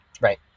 Right